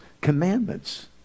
commandments